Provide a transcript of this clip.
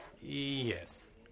Yes